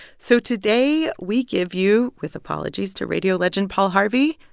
so today we give you, with apologies to radio legend paul harvey,